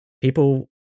people